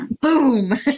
Boom